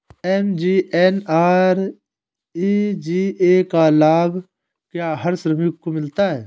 MGNREGA का लाभ क्या हर श्रमिक को मिलता है?